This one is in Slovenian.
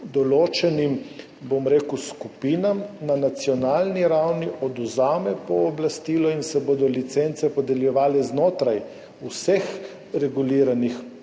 določenim skupinam na nacionalni ravni odvzame pooblastilo in se bodo licence podeljevale znotraj vseh reguliranih